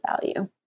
value